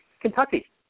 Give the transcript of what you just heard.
Kentucky